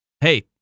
Hey